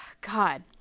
God